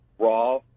raw